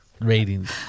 ratings